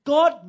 God